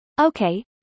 Okay